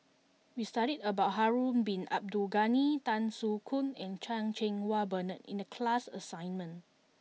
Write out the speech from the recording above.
we studied about Harun Bin Abdul Ghani Tan Soo Khoon and Chan Cheng Wah Bernard in the class assignment